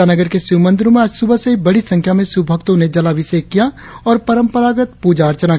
ईटानगर के शिव मंदिरों में आज सुबह से ही बड़ी संख्या में शिव भक्तों ने जलाभिषेक किया और परंपरागत पूजा अर्चना की